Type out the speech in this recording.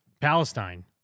Palestine